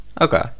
okay